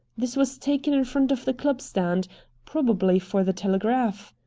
this was taken in front of the club stand probably for the telegraph?